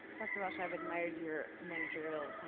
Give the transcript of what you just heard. dr. welsh, i've admired your managerial,